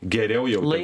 geriau jau